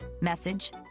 message